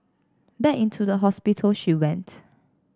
back into the hospital she went